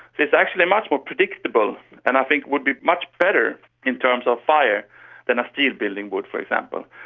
it's actually much more predictable and i think would be much better in terms of fire than a steel building would, for example.